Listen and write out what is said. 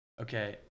okay